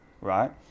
Right